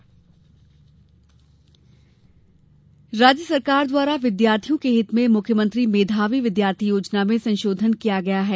मेधावी योजना राज्य सरकार द्वारा विद्यार्थियों के हित में मुख्यमंत्री मेधावी विद्यार्थी योजना में संशोधन किया गया है